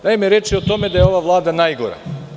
Naime, reč je o tome da je ova vlada najgora.